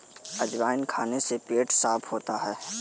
अजवाइन खाने से पेट साफ़ होता है